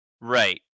Right